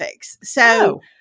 So-